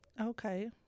okay